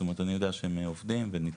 זאת אומרת אני יודע שהם עובדים ונטמעים,